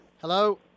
Hello